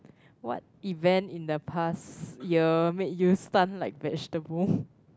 what event in the past year made you stunned like vegetable